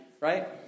right